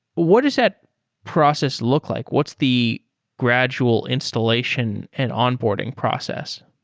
what does that process look like? what's the gradual installation and onboarding process?